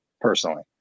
personally